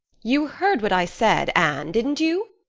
you heard what i said, anne, didn't you?